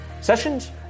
sessions